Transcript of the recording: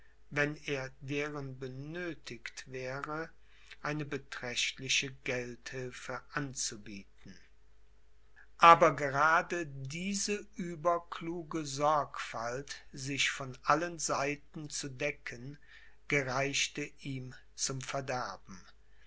wenn er deren benöthigt wäre eine beträchtliche geldhilfe anzubieten aber gerade diese überkluge sorgfalt sich von allen seiten zu decken gereichte ihm zum verderben